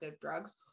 drugs